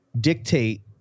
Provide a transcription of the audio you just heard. dictate